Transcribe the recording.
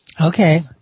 Okay